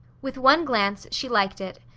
with one glance, she liked it.